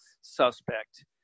suspect